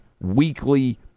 weekly